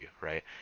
right